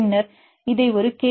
பின்னர் இதை ஒரு கே